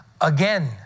Again